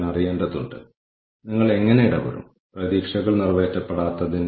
കൂടാതെ ഈ പ്രക്രിയകൾ എങ്ങനെയാണ് ആത്യന്തികവുമായി ബന്ധിപ്പിച്ചിരിക്കുന്നത്